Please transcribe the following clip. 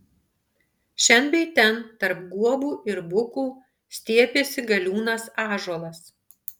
šen bei ten tarp guobų ir bukų stiepėsi galiūnas ąžuolas